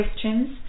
questions